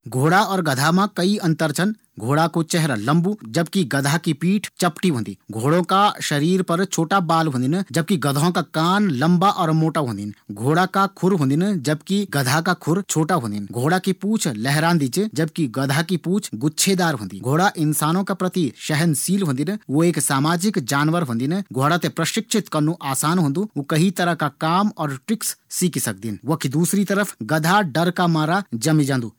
घोड़ा और गधा मा कई अंतर छन। घोड़ा कू चेहरा लम्बू जबकि गधा की पीठ चपटी होंदी। घोड़ों का शरीर पर छोटा बाल होंदिन जबकि गधा का कान लम्बा और मोटा होंदिन। घोड़ों का खुर बड़ा जबकि गधों का खुर छोटा होंदिन। घोड़ों की पूंछ लेहरांदी च जबकि गधों की पूंछ गुच्छेदार होंदी। घोड़ा इंसानों का प्रति सहनशील होंदिन। घोड़ा एक सामाजिक जीव च। घोड़ा थें प्रशिक्षित करनू आसान होंदु। वू कई तरह का काम और ट्रिक्स सीखी सकदिन। वखी दूसरी तरफ गधा डर का मारा जमी जांदू।